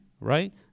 right